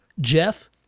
Jeff